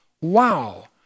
Wow